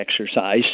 exercise